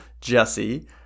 Jesse